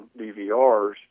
DVRs